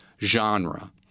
genre